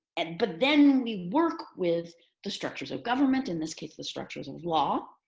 and but then we work with the structures of government. in this case, the structures of law,